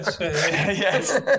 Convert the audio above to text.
Yes